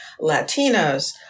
Latinos